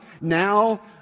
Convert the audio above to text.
now